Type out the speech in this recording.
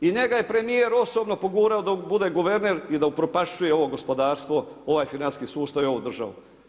I njega je premijer osobno pogurao da bude guverner i da upropašćuje ovo gospodarstvo, ovaj financijski sustav i ovu državu.